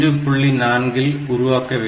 4 இல் உருவாக்க வேண்டும்